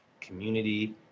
community